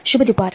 शुभ दुपार